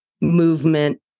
movement